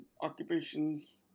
occupations